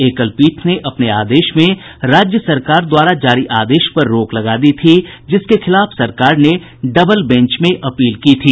एकल पीठ ने अपने आदेश में राज्य सरकार द्वारा जारी आदेश पर रोक लगा दी थी जिसके खिलाफ सरकार ने डबल बेंच में अपील की थी